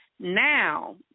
Now